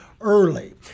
early